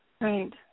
Right